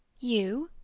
you.